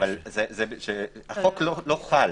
החוק לא חל.